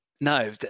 no